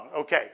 Okay